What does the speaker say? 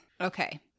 Okay